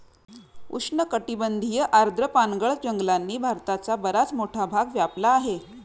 उष्णकटिबंधीय आर्द्र पानगळ जंगलांनी भारताचा बराच मोठा भाग व्यापला आहे